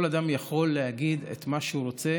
כל אדם יכול להגיד את מה שהוא רוצה